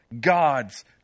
God's